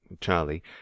Charlie